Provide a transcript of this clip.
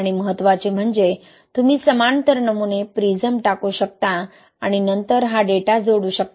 आणि महत्त्वाचे म्हणजे तुम्ही समांतर नमुने प्रिझम टाकू शकता आणि नंतर हा डेटा जोडू शकता